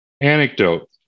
anecdote